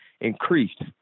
increased